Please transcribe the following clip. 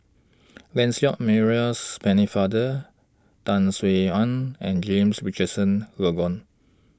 Lancelot Maurice Pennefather Tan Sin Aun and James Richardson Logan